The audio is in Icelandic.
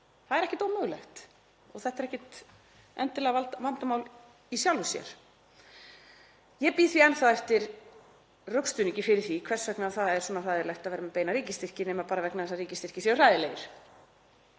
það er ekkert ómögulegt og þetta er ekkert endilega vandamál í sjálfu sér. Ég bíð því enn þá eftir rökstuðningi fyrir því hvers vegna það er svona hræðilegt að vera með beina ríkisstyrki, nema bara vegna þess að ríkisstyrkir séu hræðilegir.